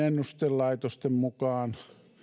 ennustelaitosten mukaan